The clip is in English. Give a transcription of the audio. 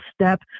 step